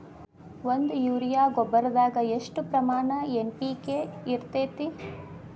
ಒಂದು ಯೂರಿಯಾ ಗೊಬ್ಬರದಾಗ್ ಎಷ್ಟ ಪ್ರಮಾಣ ಎನ್.ಪಿ.ಕೆ ಇರತೇತಿ?